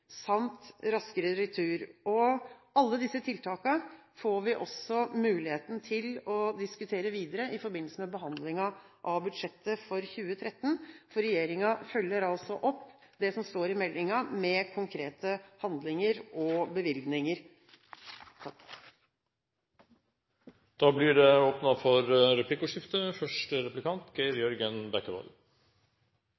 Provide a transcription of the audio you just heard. samt raskere retur. Alle disse tiltakene får vi også muligheten til å diskutere videre i forbindelse med behandlingen av budsjettet for 2013, for regjeringen følger altså opp det som står i meldingen, med konkrete handlinger og bevilgninger. Det blir åpnet for replikkordskifte.